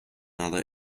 other